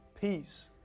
peace